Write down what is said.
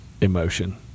emotion